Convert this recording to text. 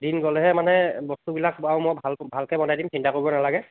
দিন গ'লেহে মানে বস্তুবিলাক বাৰু মই ভাল ভালকৈ বনাই দিম চিন্তা কৰিব নালাগে